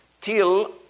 Till